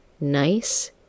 Nice